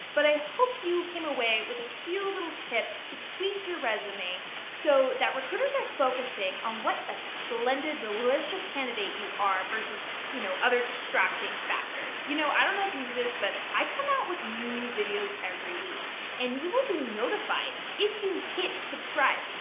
but i hope you came away with a few little tips to tweak your resume so that recruiters are focusing on what a splendid delicious candidate you are versus other distracting factors. you know, i don't know if you knew this but i come out with new videos every week and you will be notified if you hit subscribe,